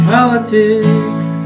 Politics